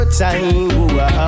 time